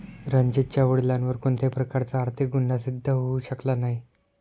रणजीतच्या वडिलांवर कोणत्याही प्रकारचा आर्थिक गुन्हा सिद्ध होऊ शकला नाही